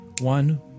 one